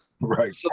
right